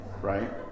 right